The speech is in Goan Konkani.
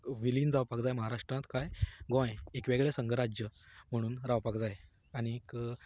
विलीन जावपाक जाय महाराष्ट्रांत काय गोंय एक वेगळें संगराज्य म्हणून रावपाक जाय आनी